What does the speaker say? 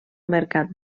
mercat